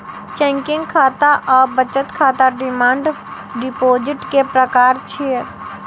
checking खाता आ बचत खाता डिमांड डिपोजिट के प्रकार छियै